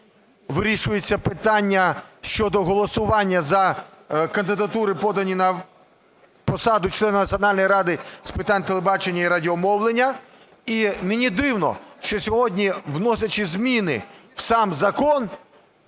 вирішується питання щодо голосування за кандидатури, подані на посаду члена Національної ради з питань телебачення і радіомовлення. І мені дивно, що сьогодні, вносячи зміни в сам закон,